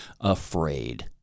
afraid